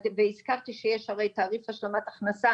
הזכרתי שיש הרי תאריך השלמת ההכנסה,